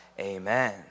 Amen